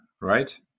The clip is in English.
right